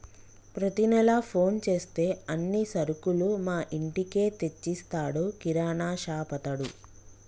ప్రతి నెల ఫోన్ చేస్తే అన్ని సరుకులు మా ఇంటికే తెచ్చిస్తాడు కిరాణాషాపతడు